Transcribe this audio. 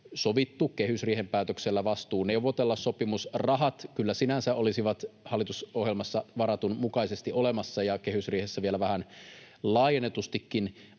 sovittu kehysriihen päätöksellä vastuu neuvotella. Sopimusrahat kyllä sinänsä olisivat hallitusohjelmassa varatun mukaisesti olemassa ja kehysriihessä vielä vähän laajennetustikin,